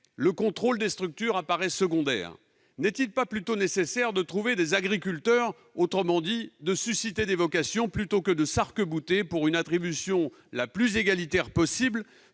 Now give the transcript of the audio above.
le contrôle des structures apparaissent secondaires. N'est-il pas plutôt nécessaire de trouver des agriculteurs, autrement dit de susciter des vocations, plutôt que de s'arc-bouter sur l'attribution la plus égalitaire possible